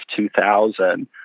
2000